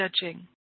judging